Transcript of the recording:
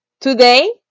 Today